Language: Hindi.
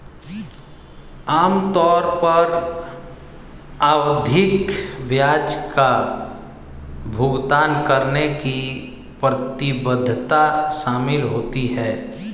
आम तौर पर आवधिक ब्याज का भुगतान करने की प्रतिबद्धता शामिल होती है